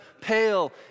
pale